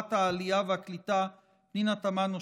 ולשרת העלייה והקליטה פנינה תמנו שטה.